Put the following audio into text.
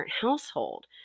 household